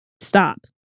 stop